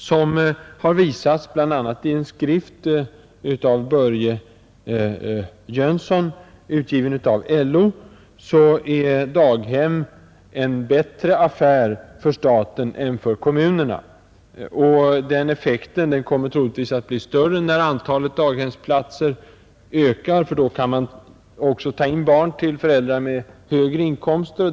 Som det har visats, bl.a. i en skrift av Bengt Jönsson, utgiven av LO, är daghem en bättre affär för staten än för kommunerna. Den effekten kommer troligtvis att bli större när antalet daghemsplatser ökar, ty då kan man också ta in barn till föräldrar med högre inkomst.